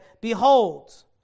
Behold